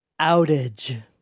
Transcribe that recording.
outage